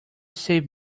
save